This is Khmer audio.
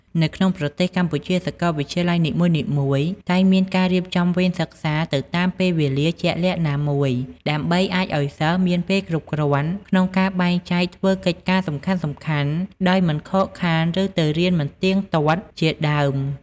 នៅក្នុងប្រទេសកម្ពុជា សកលវិទ្យាល័យនីមួយៗតែងមានការរៀបចំវេនសិក្សាទៅតាមពេលវេលាជាក់លាក់ណាមួយ ដើម្បីអាចឱ្យសិស្សមានពេលគ្រប់គ្រាន់ក្នុងការបែងចែកធ្វើកិច្ចការសំខាន់ៗដោយមិនខកខានឫទៅរៀនមិនទៀងទាត់ជាដើម។